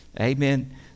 amen